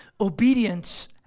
Obedience